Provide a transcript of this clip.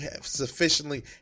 sufficiently